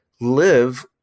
live